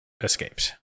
escapes